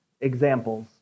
examples